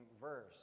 verse